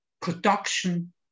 production